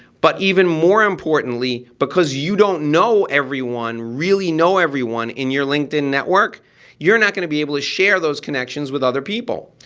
but even more importantly because you don't know everyone, really know everyone in your linkedin network you're not gonna be able to share those connections with other people.